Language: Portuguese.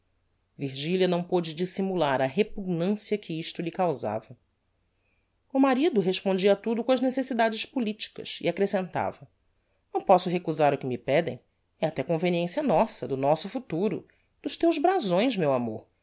virgilia não pôde dissimular a repugnancia que isto lhe causava o marido respondia a tudo com as necessidades politicas e accrescentava não posso recusar o que me pedem é até conveniencia nossa do nosso futuro dos teus brazões meu amor